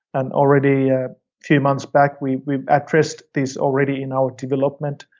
and already a few months back we we addressed this already in our development,